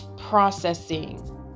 processing